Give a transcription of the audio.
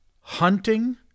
Hunting